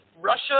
Russia